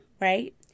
right